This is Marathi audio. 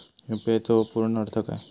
यू.पी.आय चो पूर्ण अर्थ काय?